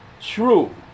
true